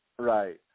Right